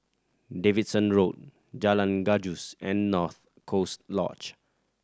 Davidson Road Jalan Gajus and North Coast Lodge